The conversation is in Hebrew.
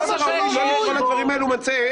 מאוד ראוי לא לקרוא למהומות האלה לגיטימיות,